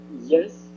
Yes